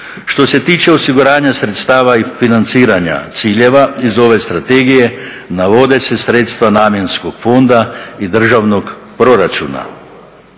Što se tiče osiguranja sredstava i financiranja ciljeva iz ove strategije, navode se sredstva namjenskog fonda i državnog proračuna.